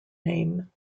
name